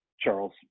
Charles